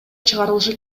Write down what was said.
чыгарылышы